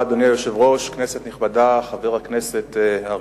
ההצעה להעביר